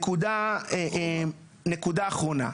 נקודה אחרונה.